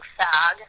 fag